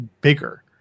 bigger